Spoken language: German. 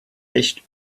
echt